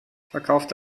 verkauft